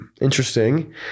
interesting